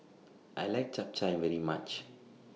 I like Chap Chai very much